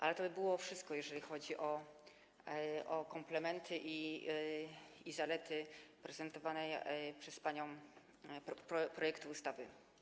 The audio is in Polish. Ale to by było wszystko, jeżeli chodzi o komplementy i zalety prezentowanego przez panią projektu ustawy.